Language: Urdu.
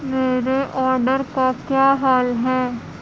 میرے آڈر کا کیا حال ہے